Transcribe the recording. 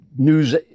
News